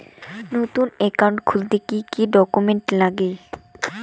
নতুন একাউন্ট খুলতে কি কি ডকুমেন্ট লাগে?